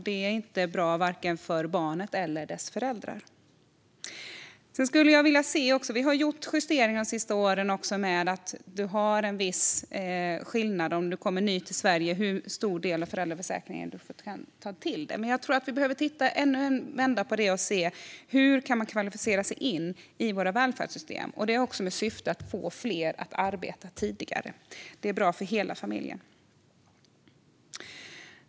Det är inte bra för vare sig barnet eller dess föräldrar. Vi har de senaste åren gjort justeringar. Vi har en viss skillnad för den som kommer ny till Sverige när det gäller hur stor del av föräldraförsäkringen man kan få. Vi behöver titta ännu en vända på det och se hur man kan kvalificera sig in i våra välfärdssystem. Det är med syfte att få fler att arbeta tidigare. Det är bra för hela familjen.